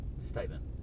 statement